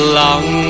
long